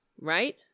right